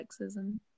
sexism